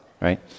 right